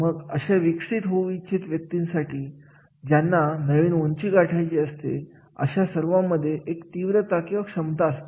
मग अशा विकसित होऊ इच्छित व्यक्तींसाठी ज्यांना नवीन उंची गाठायची असते अशा सर्वांमध्ये एक तीव्रता किंवा क्षमता असते